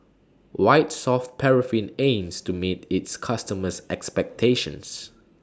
White Soft Paraffin aims to meet its customers' expectations